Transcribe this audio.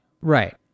Right